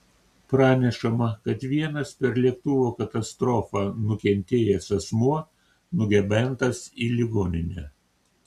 pranešama kad vienas per lėktuvo katastrofą nukentėjęs asmuo nugabentas į ligoninę